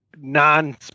non